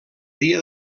dia